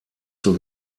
zur